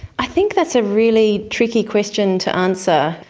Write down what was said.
i think that's a really tricky question to answer.